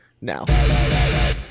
now